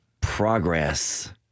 progress